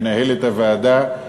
מנהלת הוועדה,